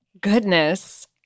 goodness